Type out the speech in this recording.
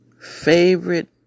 favorite